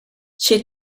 she